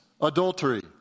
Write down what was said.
adultery